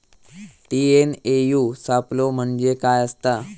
TNAU सापलो म्हणजे काय असतां?